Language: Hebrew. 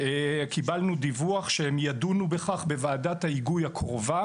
קיבלנו דיווח שהם ידונו בכך בוועדת ההיגוי הקרובה.